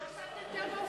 עכשיו אתם הופכים את החוק.